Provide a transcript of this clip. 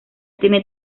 tiene